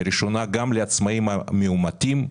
לראשונה גם לעצמאיים מאומתים.